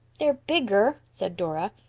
they're bigger, said dora.